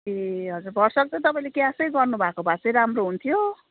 ए हजुर भरसक्दो तपाईँले क्यासै गर्नुभएको भए चाहिँ राम्रो हुन्थ्यो